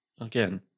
again